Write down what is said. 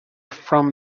from